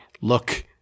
look